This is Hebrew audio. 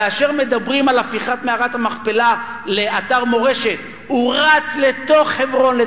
כאשר מדברים על הפיכת מערת המכפלה לאתר מורשת הוא רץ לתוך חברון,